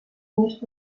nicht